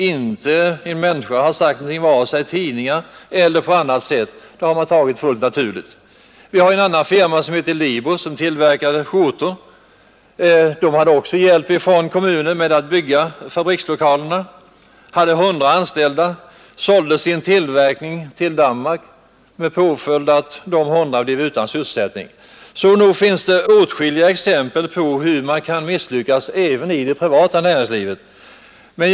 Ingen har sagt någonting om det, vare sig i tidningar eller på annat sätt, utan man har tagit det fullt naturligt. En annan firma, LIBO, som tillverkade skjortor och som fått hjälp av kommunen med att bygga fabrikslokalerna, sålde sin tillverkning till Danmark med påföljd att de 100 anställda blev utan sysselsättning. Så nog finns det åtskilliga exempel på att även det privata näringslivet misslyckas.